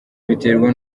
biterwa